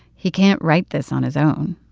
he can't write this on his own.